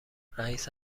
رییس